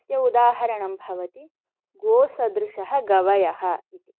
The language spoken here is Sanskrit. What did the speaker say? अस्योदाहरणं भवति गोसदृशः गवयः इति